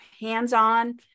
hands-on